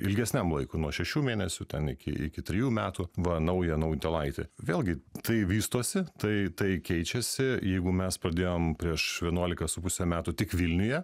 ilgesniam laikui nuo šešių mėnesių ten iki iki trijų metų va naują naujutėlaitį vėlgi tai vystosi tai tai keičiasi jeigu mes pradėjom prieš vienuolika su puse metų tik vilniuje